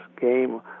game